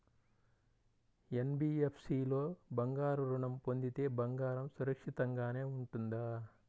NBFC లో బంగారు ఋణం పొందితే బంగారం సురక్షితంగానే ఉంటుందా?